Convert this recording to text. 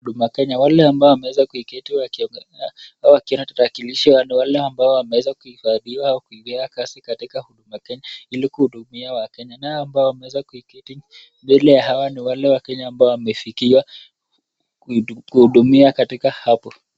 Huduma Kenya wale ambao wameza kuiketi wakiwa wakiona tarakilishi hao ni wale ambao wameza kuhifadhiwa ao kuingia kazi katika huduma Kenya ili kuhudumia Wakenya. Nao ambao wameza kuiketi mbele ya hawa ni wale Wakenya ambao wamefikiwa kuhudumiwa katika hapo.